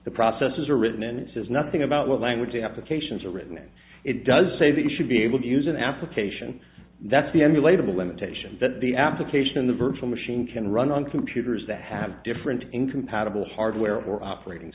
the processes are written in it says nothing about what language applications are written and it does say that you should be able to use an application that's the emulated the limitation that the application of the virtual machine can run on computers that have different incompatible hardware or operating